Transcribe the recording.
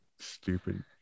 stupid